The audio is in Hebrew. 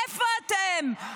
איפה אתם?